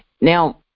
now